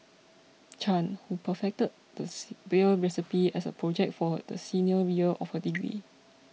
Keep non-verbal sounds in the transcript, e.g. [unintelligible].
Chan who perfected the [unintelligible] beer recipe as a project for the senior year of her degree